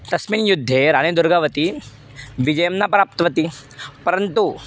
तस्मिन् युद्धे राणी दुर्गावती विजयं न प्राप्तवती परन्तु